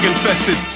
infested